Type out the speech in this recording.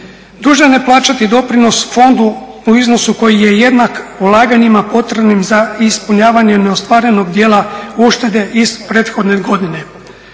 dužan je plaćati doprinos fondu u iznosu koji je jednak ulaganjima potrebnim za ispunjavanje neostvarenog dijela uštede iz prethodne godine.